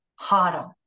harder